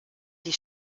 die